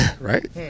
Right